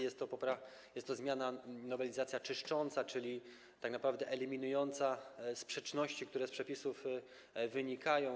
Jest to zmiana, nowelizacja czyszcząca, czyli tak naprawdę eliminująca sprzeczności, które z przepisów wynikają.